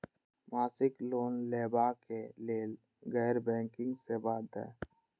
मासिक लोन लैवा कै लैल गैर बैंकिंग सेवा द?